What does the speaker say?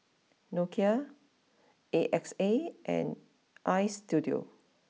Nokia A X A and Istudio